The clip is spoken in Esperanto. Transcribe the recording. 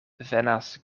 venas